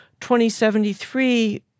2073